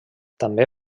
també